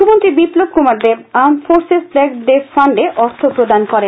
মুখ্যমন্ত্রী Biplab Kumar Deb armed forces flag day ফান্ডে অর্থ প্রদান করেন